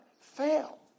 fail